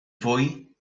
fwy